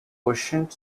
quotient